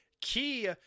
Key